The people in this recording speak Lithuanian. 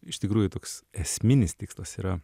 iš tikrųjų toks esminis tikslas yra